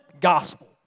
gospel